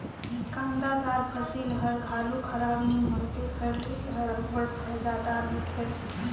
कांदादार फसिल हर हालु खराब नी होए तेकर ले एहर अब्बड़ फएदादार होथे